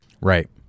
Right